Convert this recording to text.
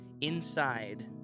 Inside